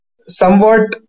somewhat